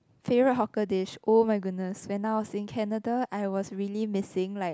favourite hawker dish oh my goodness when I was in Canada I was really missing like